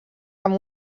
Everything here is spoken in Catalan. amb